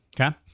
Okay